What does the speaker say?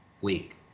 week